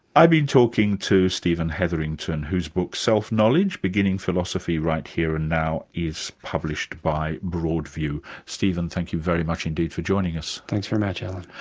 i've been talking to stephen hetherington, whose book self knowledge beginning philosophy right here and now is published by broadview. stephen, thank you very much indeed for joining us. thanks very much, alan.